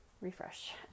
refresh